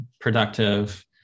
productive